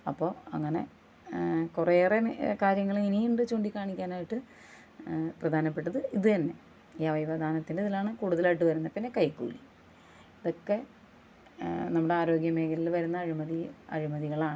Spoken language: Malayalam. അപ്പോൾ അങ്ങനെ കുറെയേറെ കാര്യങ്ങൾ ഇനിയുണ്ട് ചൂണ്ടിക്കാണിക്കാനായിട്ട് പ്രധാനപ്പെട്ടത് ഇത് തന്നെ ഈ അവയവദാനത്തിൻ്റെ ഇതിലാണ് കൂടുതലായിട്ട് വരുന്നത് പിന്നെ കൈക്കൂലി ഇതൊക്കെ നമ്മുടെ ആരോഗ്യമേഖലയിൽ വരുന്ന അഴിമതി അഴിമതികളാണ്